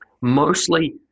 mostly